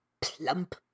plump